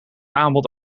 aanbod